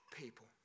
people